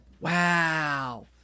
Wow